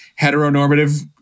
heteronormative